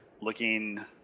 looking